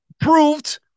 proved